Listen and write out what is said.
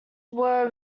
were